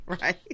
Right